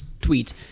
tweet